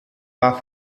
war